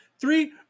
Three